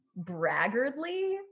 braggardly